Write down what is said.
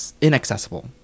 inaccessible